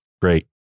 Great